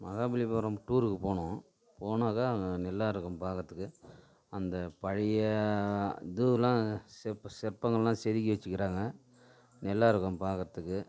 மகாபலிபுரம் டூருக்கு போனோம் போனாக்கா அங்கே நல்லா இருக்கும் பார்க்குறதுக்கு அந்த பழைய இதெலாம் சிற்ப சிற்பங்கள் எல்லாம் செதுக்கி வச்சுக்குறாங்க நல்லா இருக்கும் பார்க்கறதுக்கு